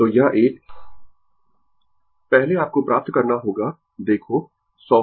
तो यह एक पहले आपको प्राप्त करना होगा देखो 100